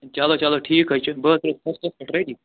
چلو چلو ٹھیٖک حظ چھُ بہٕ حظ چھُس فٔسٹس پٮ۪ٹھ ریٚڈی